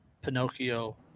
Pinocchio